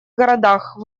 городах